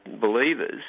believers